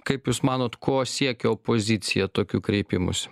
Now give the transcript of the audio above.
kaip jūs manot ko siekia opozicija tokiu kreipimusi